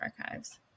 archives